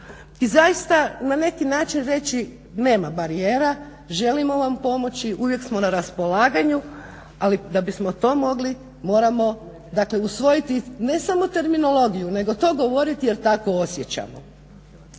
i zaista na neki način reći nema barijera, želimo vam pomoći, uvijek smo na raspolaganju. Ali da bismo to mogli moramo, dakle usvojiti ne samo terminologiju nego to govoriti jer tako osjećamo.